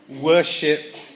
worship